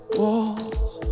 walls